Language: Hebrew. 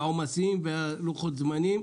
והעומסים ולוחות זמנים,